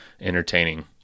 entertaining